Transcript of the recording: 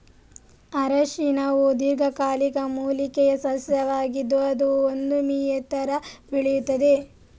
ಅರಿಶಿನವು ದೀರ್ಘಕಾಲಿಕ ಮೂಲಿಕೆಯ ಸಸ್ಯವಾಗಿದ್ದು ಅದು ಒಂದು ಮೀ ಎತ್ತರ ಬೆಳೆಯುತ್ತದೆ